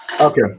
Okay